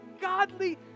godly